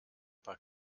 paar